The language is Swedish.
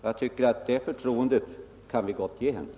Jag tycker att vi gott kan ge henne det förtroendet.